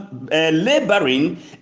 laboring